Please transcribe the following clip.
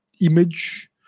image